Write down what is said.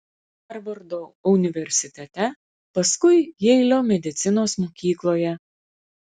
harvardo universitete paskui jeilio medicinos mokykloje